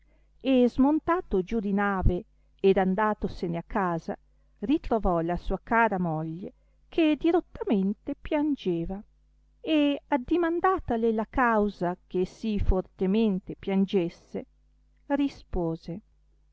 e smontato giù di nave ed andatosene a casa ritrovò la sua cara moglie che dirottamente piangeva e addimandatale la causa che sì fortemente piangesse rispose